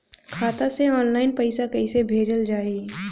खाता से ऑनलाइन पैसा कईसे भेजल जाई?